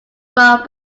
phone